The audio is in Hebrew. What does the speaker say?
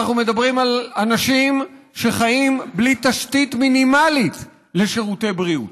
אנחנו מדברים על אנשים שחיים בלי תשתית מינימלית לשירותי בריאות.